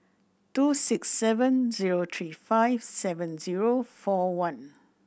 two six seven zero three five seven zero four one